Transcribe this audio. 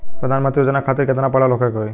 प्रधानमंत्री योजना खातिर केतना पढ़ल होखे के होई?